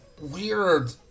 Weird